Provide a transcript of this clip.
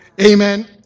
Amen